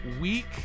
week